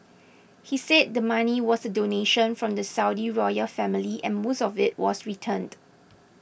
he said the money was a donation from the Saudi royal family and most of it was returned